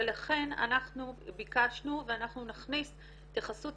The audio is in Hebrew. אולי אנחנו נהיה הזולים